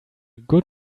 good